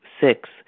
Six